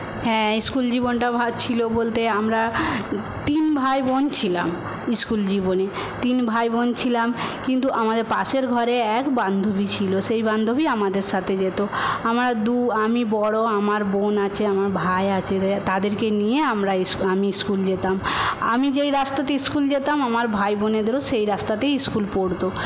হ্যাঁ স্কুল জীবনটা ছিল বলতে আমরা তিন ভাই বোন ছিলাম স্কুল জীবনে তিন ভাই বোন ছিলাম কিন্তু আমাদের পাশের ঘরে এক বান্ধবী ছিল সেই বান্ধবী আমাদের সাথে যেতো আমরা দু আমি বড় আমার বোন আছে আমার ভাই আছে তাদেরকে নিয়ে আমরা আমি স্কুল যেতাম আমি যেই রাস্তা দিয়ে স্কুল যেতাম আমার ভাই বোনেদেরও সেই রাস্তাতেই স্কুল পড়তো